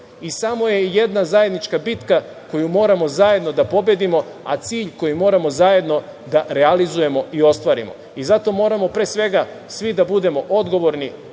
i samo je jedna zajednička bitka koju moramo zajedno da pobedimo, a cilj koji moramo zajedno da realizujemo i ostvarimo i zato moramo, pre svega, svi da budemo odgovorni,